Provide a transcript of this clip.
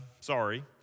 Sorry